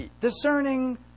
Discerning